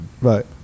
Right